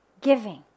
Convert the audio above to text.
giving